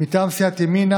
מטעם סיעת ימינה,